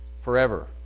forever